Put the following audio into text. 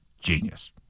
Genius